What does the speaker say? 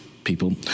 People